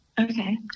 Okay